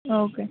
okay